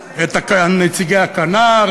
או חוק הניטור של החוק?